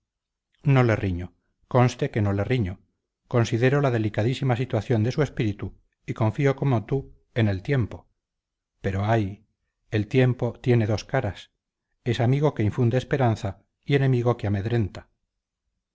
no le riño conste que no le riño considero la delicadísima situación de su espíritu y confío como tú en el tiempo pero ay el tiempo tiene dos caras es amigo que infunde esperanza y enemigo que amedrenta